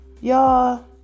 y'all